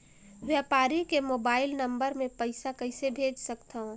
व्यापारी के mobile number मे पईसा कइसे भेज सकथव?